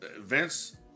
Vince